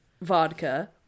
vodka